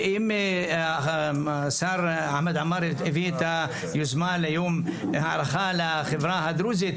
אם השר חמד עמאר הביא את היוזמה ליום הערכה לחברה הדרוזית,